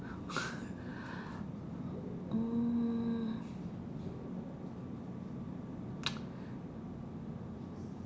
uh